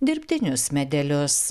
dirbtinius medelius